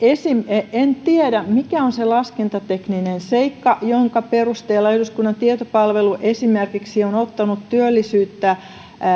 en esimerkiksi tiedä mikä on se laskentatekninen seikka jonka perusteella eduskunnan tietopalvelu esimerkiksi on ottanut työllisyyttä